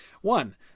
one